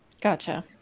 gotcha